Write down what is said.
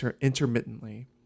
intermittently